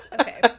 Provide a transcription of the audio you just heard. Okay